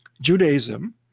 Judaism